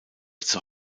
zur